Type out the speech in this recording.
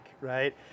right